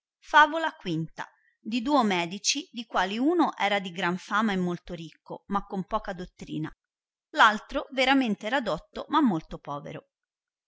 favola v di duo medici di quali uno era di gran fama e molto ricco ma con poca dottrina l altro veramente era dotto ma molto povero